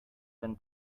then